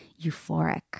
euphoric